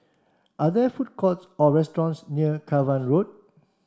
are there food courts or restaurants near Cavan Road